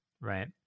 right